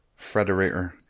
Frederator